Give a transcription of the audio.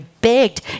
begged